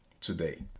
today